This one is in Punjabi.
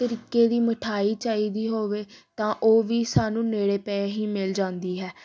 ਤਰੀਕੇ ਦੀ ਮਿਠਾਈ ਚਾਹੀਦੀ ਹੋਵੇ ਤਾਂ ਉਹ ਵੀ ਸਾਨੂੰ ਨੇੜੇ ਪਏ ਹੀ ਮਿਲ ਜਾਂਦੀ ਹੈ